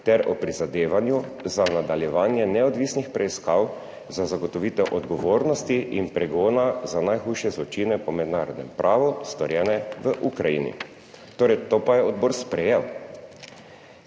ter o prizadevanju za nadaljevanje neodvisnih preiskav za zagotovitev odgovornosti in pregona za najhujše zločine po mednarodnem pravu, storjene v Ukrajini. Torej, to pa je odbor sprejel.